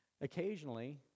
Occasionally